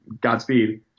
Godspeed